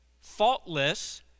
faultless